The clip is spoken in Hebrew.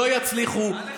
לא יצליחו,